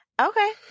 okay